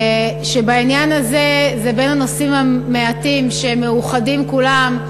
והעניין הזה הוא בין הנושאים המעטים שמאוחדים בו כולם,